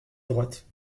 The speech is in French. droite